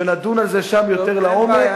ונדון על זה שם יותר לעומק,